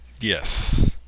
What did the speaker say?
Yes